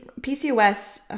PCOS